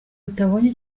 utabonye